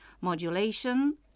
modulation